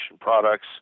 products